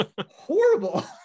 horrible